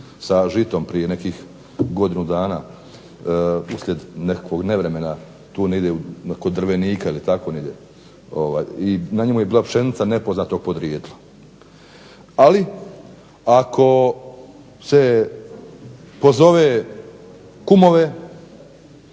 sa žitom prije nekih godinu dana uslijed nekakvog nevremena tu negdje kod Drvenika ili tako negdje. Na njemu je bila pšenica nepoznatog porijekla. Ali ako se pozove kumove,